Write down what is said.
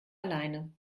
alleine